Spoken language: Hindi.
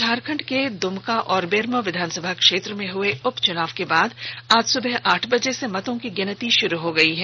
झारखंड के द्मका और बेरमो विधानसभा क्षेत्र में हए उपचुनाव के बाद आज सुबह आठ बजे से मतों की गिनती शुरू हो गयी है